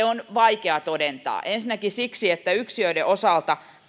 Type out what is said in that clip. on vaikea todentaa ensinnäkin siksi että yksiöiden osalta